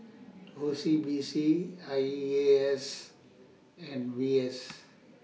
O C B C I E A S and V S